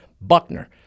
Buckner